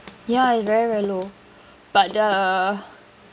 ya it's very very low but the